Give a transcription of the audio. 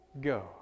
go